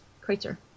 crater